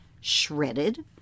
shredded